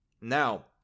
Now